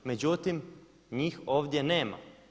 Međutim, njih ovdje nema.